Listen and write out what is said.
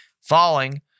falling